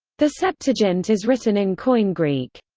the septuagint is written in koine greek.